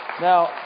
Now